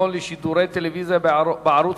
בעד,